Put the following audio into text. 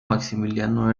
maximiliano